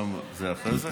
זה אחרי זה?